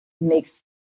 makes